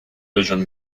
vision